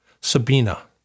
Sabina